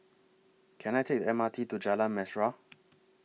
Can I Take M R T to Jalan Mesra